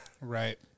right